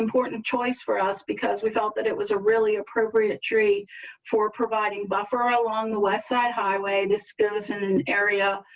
important choice for us because we thought that it was a really appropriate tree for providing buffer um along the west side highway discos in an area.